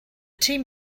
team